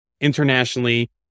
internationally